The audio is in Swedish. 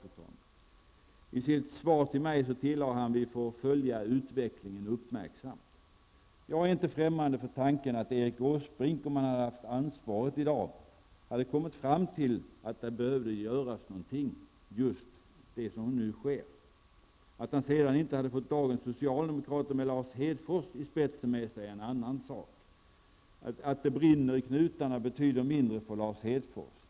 I sitt svar till mig tillade Erik Åsbrink: ''Vi får följa utvecklingen uppmärksamt.'' Jag är inte främmande för tanken att Erik Åsbrink, om han i dag hade haft ansvaret för dessa saker, skulle ha kommit fram till att något behöver göras -- och då just det som nu sker. Att han sedan inte skulle ha fått dagens socialdemokrater, med Lars Hedfors i spetsen, med sig är en annan sak. Att det brinner i knutarna betyder mindre för Lars Hedfors.